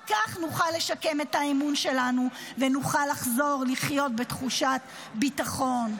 רק כך נוכל לשקם את האמון שלנו ונוכל לחזור לחיות בתחושת ביטחון.